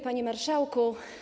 Panie Marszałku!